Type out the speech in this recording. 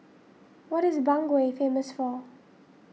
what is Bangui famous for